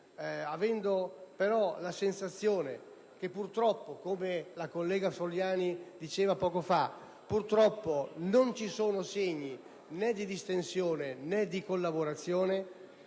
avendosi però la sensazione che, purtroppo, come la collega Soliani diceva poco fa, non ci sono segni né di distensione, né di collaborazione,